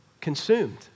consumed